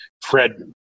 Fred